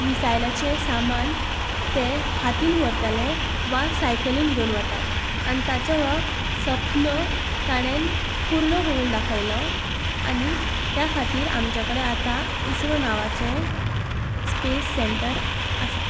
मिसायलाचें सामान ते हातीन व्हरताले वा सायकलीन घेवन वताले आनी तांचो हो स्वप्न ताणेन पुर्ण करून दाखयलो आनी त्या खातीर आमचे कडेन आतां इसरो नांवाचे स्पेस सेंटर आसा